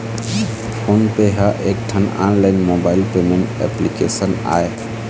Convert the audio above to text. phone पे ह एकठन online mobile payment application आय